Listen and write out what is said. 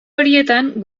horietan